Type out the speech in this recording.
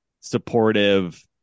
supportive